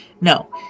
no